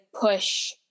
push